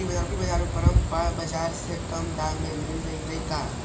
एग्रीबाजार में परमप बाजार से कम दाम पर मिल जैतै का?